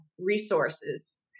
resources